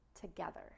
together